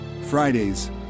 Fridays